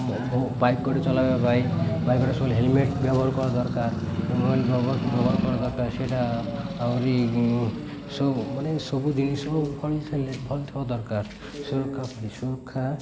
bike ଗୋଟେ ଚଲାଇବା ପାଇଁ ବାଇକ ଗୋଟେ ଚଲା ହେଲମେଟ ବ୍ୟବହାର କରା ଦରକାର ବ୍ୟ ବ୍ୟବହାର କରିବା ଦରକାର ସେଇଟା ଆହୁରି ସବୁ ମାନେ ସବୁ ଜିନିଷ ଭ ଭଲ ଥିବା ଦରକାର ସୁରକ୍ଷା ପ ସୁରକ୍ଷା